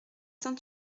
saint